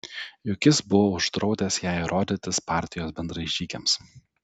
juk jis buvo uždraudęs jai rodytis partijos bendražygiams